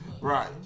Right